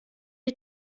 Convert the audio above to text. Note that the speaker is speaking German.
die